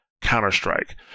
Counter-Strike